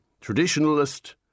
traditionalist